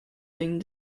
been